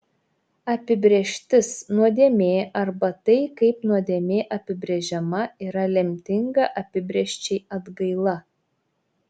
apibrėžtis nuodėmė arba tai kaip nuodėmė apibrėžiama yra lemtinga apibrėžčiai atgaila